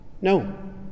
No